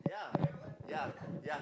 ya ya ya